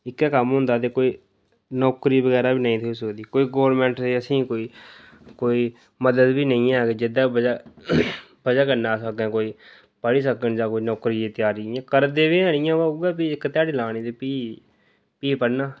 इक्कै कम्म होंदा ते कोई नौकरी बगैरा बी नेईं रेही सकदे कोई गौरमैंट ने कोईं असें गी कोई मदद बी नेईं ऐ जेह्दे बजह् बजह् कन्नै अस अग्गें कोई पढ़ी सकने जां कोई नौकरी दी त्यारी इ'यां करदे बी हैन इ'यां ब इक ध्याड़ी लानी ते फ्ही फ्ही पढ़ना